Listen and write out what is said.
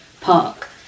park